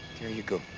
there you go.